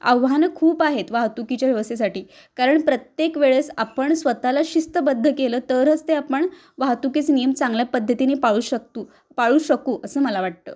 आव्हानं खूप आहेत वाहतुकीच्या व्यवस्थेसाठी कारण प्रत्येक वेळेस आपण स्वतःला शिस्तबद्ध केलं तरच ते आपण वाहतुकीचे नियम चांगल्या पद्धतीने पाळू शकतो पाळू शकू असं मला वाटतं